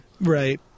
Right